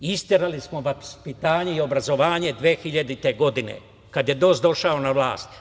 Isterali smo vaspitanje i obrazovanje 2000. godine, kada je DOS došao na vlast.